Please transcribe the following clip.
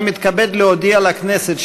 אני מתכבד להודיע לכנסת,